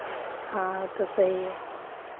हाँ वो तो सही है